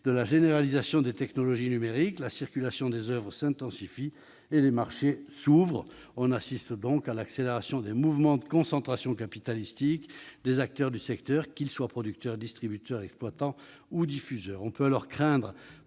de la généralisation des technologies numériques, la circulation des oeuvres s'intensifie et les marchés s'ouvrent. On assiste donc à l'accélération des mouvements de concentration capitalistique des acteurs du secteur, qu'ils soient producteurs, distributeurs, exploitants ou diffuseurs. On peut dès lors craindre